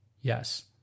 Yes